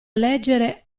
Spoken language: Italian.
leggere